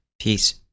Peace